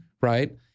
right